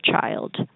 child